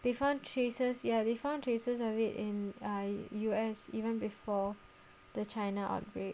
they found traces ya they found traces of it in in err U_S even before the china outbreak